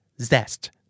Zest